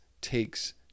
takes